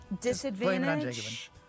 disadvantage